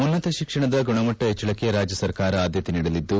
ಉನ್ನತ ಶಿಕ್ಷಣದ ಗುಣಮಟ್ಟ ಹೆಚ್ಚಳಕ್ಕೆ ರಾಜ್ಯ ಸರ್ಕಾರ ಆದ್ಯತೆ ನೀಡಲಿದ್ದು